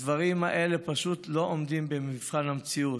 הדברים האלה פשוט לא עומדים במבחן המציאות,